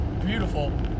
beautiful